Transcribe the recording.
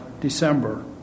December